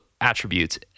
attributes